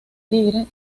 tigre